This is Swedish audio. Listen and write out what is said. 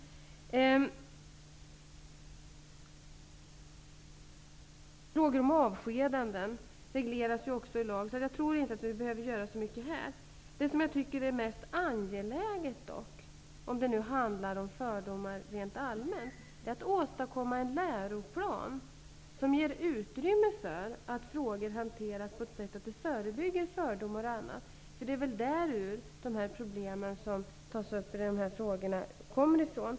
Också frågor om avskedanden regleras i lagen. Jag tror inte att vi behöver göra så mycket här. Vad jag dock tycker är mest angeläget, om det nu handlar om fördomar rent allmänt, är att åstadkomma en läroplan som ger utrymme för att frågor som hanteras på ett sådant sätt att det förebygger fördomar osv. Det är väl därur som de problem som tas upp i dessa frågor kommer.